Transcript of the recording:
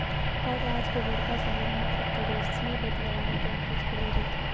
हर राज के बड़का सहर म करेंसी बदलवाय के ऑफिस खुले रहिथे